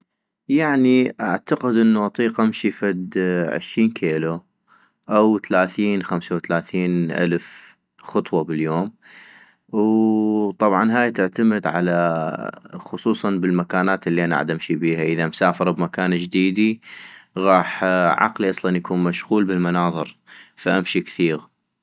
يعني اعتقد اطيق امشي فد عشين كيلو او تلاثين خمسي وتلاثين خطوة باليوم ، وطبعا هاي تعتمد على خصوصا بالمكانات الي انا عدمشي بيها، اذا مسافر بمكان جديدي غاح عقلي اصلا غاح يكون مشغول بالمناظر فامشي كثيغ